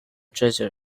treasure